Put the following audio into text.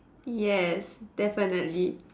yes definitely